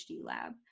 lab